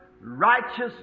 righteous